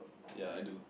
ya I do